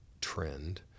trend